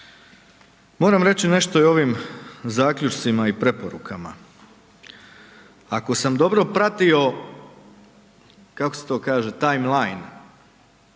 Moram reći nešto i o ovim zaključcima i preporukama. Ako sam dobro pratio, kako se to kaže, timeline,